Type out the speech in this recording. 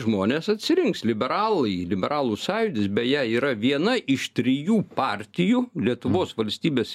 žmonės atsirinks liberalai liberalų sąjūdis beje yra viena iš trijų partijų lietuvos valstybės